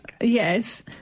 Yes